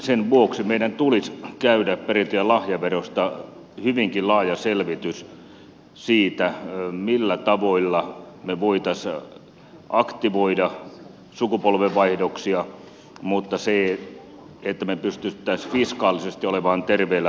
sen vuoksi meidän tulisi käydä perintö ja lahjaverosta hyvinkin laaja selvitys siitä millä tavoilla me voisimme aktivoida sukupolvenvaihdoksia mutta niin että me pystyisimme fiskaalisesti olemaan terveellä pohjalla